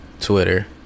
Twitter